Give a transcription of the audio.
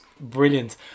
brilliant